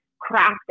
craft